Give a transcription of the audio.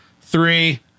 three